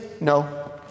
no